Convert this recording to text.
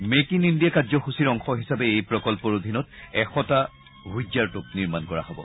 make in India কাৰ্যসূচীৰ অংশ হিচাপে এই প্ৰকল্পৰ অধীনত এশটা হোৱিট্জাৰ টোপ নিৰ্মাণ কৰা হব